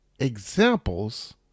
Examples